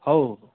ହଉ